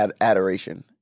adoration